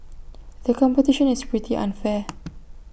the competition is pretty unfair